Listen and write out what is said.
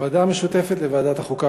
בוועדה המשותפת לוועדת החוקה,